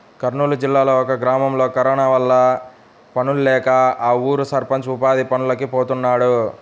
కర్నూలు జిల్లాలో ఒక గ్రామంలో కరోనా వల్ల పనుల్లేక ఆ ఊరి సర్పంచ్ ఉపాధి పనులకి పోతున్నాడు